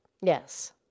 Yes